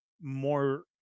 more